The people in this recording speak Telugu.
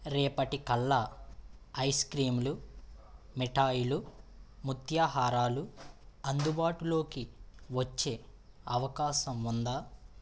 రేపటి కల్లా ఐస్ క్రీం లు మిఠాయిలు ముత్యహారాలు అందుబాటులోకి వచ్చే అవకాశం ఉందా